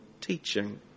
teaching